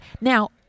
Now